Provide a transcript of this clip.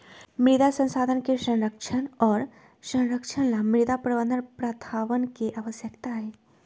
मृदा संसाधन के संरक्षण और संरक्षण ला मृदा प्रबंधन प्रथावन के आवश्यकता हई